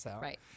Right